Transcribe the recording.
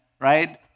right